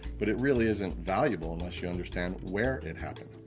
but it really isn't valuable unless you understand where it happened.